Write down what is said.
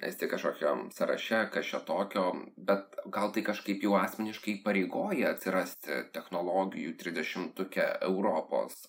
esi kažkokiam sąraše kas čia tokio bet gal tai kažkaip jau asmeniškai įpareigoja atsirasti technologijų tridešimtuke europos